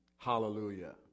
Hallelujah